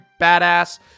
Badass